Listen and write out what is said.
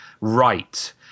right